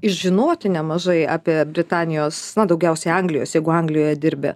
žinoti nemažai apie britanijos na daugiausiai anglijos jeigu anglijoje dirbi